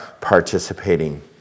participating